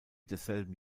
desselben